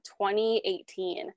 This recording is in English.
2018